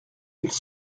ils